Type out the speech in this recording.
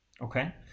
Okay